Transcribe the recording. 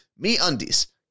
MeUndies